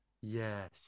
Yes